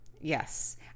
Yes